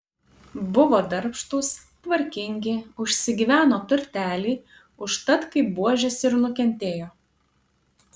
buvo darbštūs tvarkingi užsigyveno turtelį užtat kaip buožės ir nukentėjo